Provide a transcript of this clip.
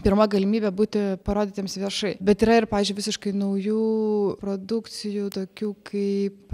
pirma galimybė būti parodytiems viešai bet yra ir pavyzdžiui visiškai naujų produkcijų tokių kaip